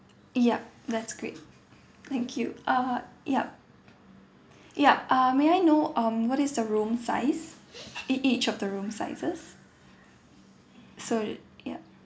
yup that's great thank you uh yup yup uh may I know um what is the room size ea~ each of the room sizes so yup